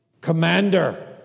commander